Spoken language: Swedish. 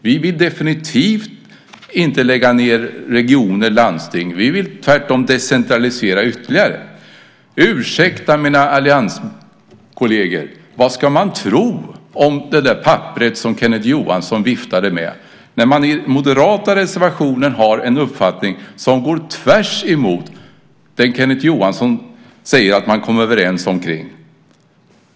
Vi vill definitivt inte lägga ned landsting. Vi vill tvärtom decentralisera ytterligare. Ursäkta, mina allianskolleger! Vad ska man tro om det papper som Kenneth Johansson viftade med när man i den moderata reservationen har en uppfattning som går tvärsemot den som Kenneth Johansson säger att man är överens om?